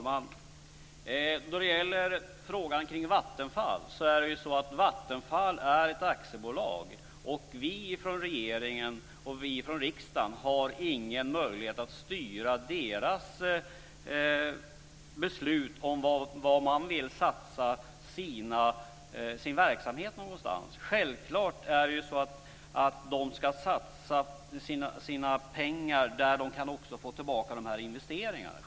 Fru talman! Som svar på frågan om Vattenfall vill jag säga att Vattenfall är ett aktiebolag, och regeringen och riksdagen har ingen möjlighet att styra dess beslut om vad man vill satsa på i sin verksamhet. Självklart ska man satsa sina pengar där man också kan få tillbaka investeringarna.